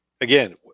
again